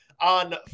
on